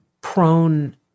prone